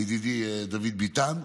לידידי דוד ביטן.